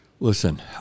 Listen